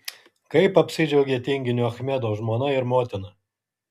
kaip apsidžiaugė tinginio achmedo žmona ir motina